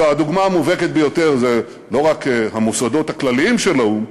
הדוגמה המובהקת ביותר היא לא רק המוסדות הכלליים של האו"ם,